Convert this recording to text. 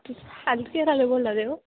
अस घरा आह्ले बोल्ला दे